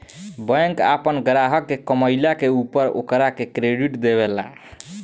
bank आपन ग्राहक के कमईला के ऊपर ओकरा के क्रेडिट देवे ले